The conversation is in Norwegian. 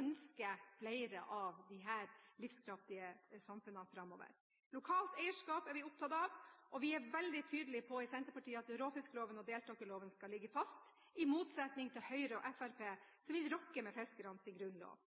ønsker flere av disse livskraftige samfunnene framover. Vi er opptatt av lokalt eierskap, og i Senterpartiet er vi veldig tydelige på at råfiskloven og deltakerloven skal ligge fast – i motsetning til Høyre og Fremskrittspartiet, som vil rokke ved fiskernes grunnlov.